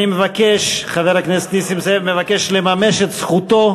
אני מבקש, חבר הכנסת נסים זאב מבקש לממש את זכותו.